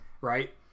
right